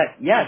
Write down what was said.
yes